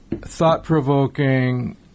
thought-provoking